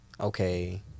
okay